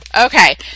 Okay